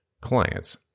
clients